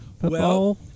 football